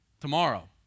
tomorrow